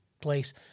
Place